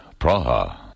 Praha